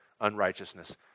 unrighteousness